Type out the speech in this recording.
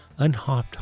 unhopped